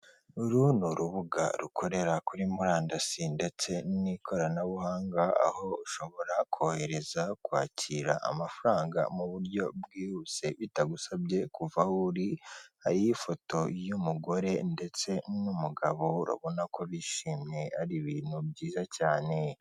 Uru ni urubuga rukorera kuri murandasi ndetse n'ikoranabuhanga aho ushobora kohereza kwakira amafaranga mu buryo bwihuse bitagusabye kuva aho uri, hariho ifoto y'umugore ndetse n'umugabo urabona ko bishimye ari ibintu byiza cyane.